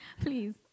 please